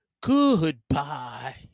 Goodbye